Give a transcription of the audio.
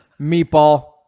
Meatball